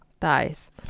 Thighs